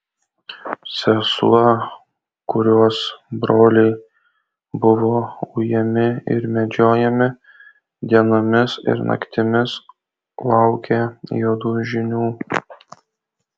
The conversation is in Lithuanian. sesuo kurios broliai buvo ujami ir medžiojami dienomis ir naktimis laukė juodų žinių